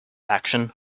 action